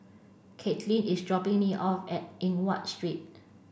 Katlin is dropping me off at Eng Watt Street